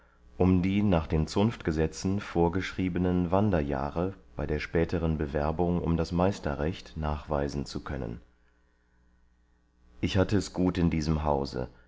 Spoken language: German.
um die nach den zunftgesetzen vorgeschriebenen wanderjahre bei der späteren bewerbung um das meisterrecht nachweisen zu können ich hatte es gut in diesem hause